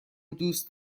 دوست